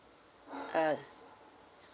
uh